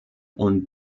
und